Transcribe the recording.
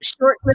short